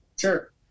Sure